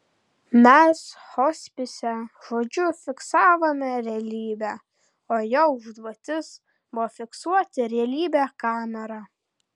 mes hospise žodžiu fiksavome realybę o jo užduotis buvo fiksuoti realybę kamera